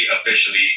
officially